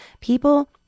people